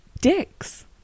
dicks